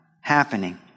happening